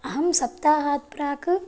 अहं सप्ताहात् प्राक्